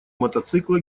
мотоцикла